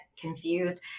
confused